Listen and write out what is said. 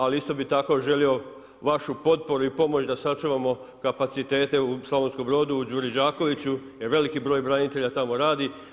Ali isto bih tako želio vašu potporu i pomoć da sačuvamo kapacitete u Slavonskom Brodu, u Đuri Đakoviću jer veliki broj branitelja tamo radi.